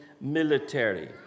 military